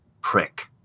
prick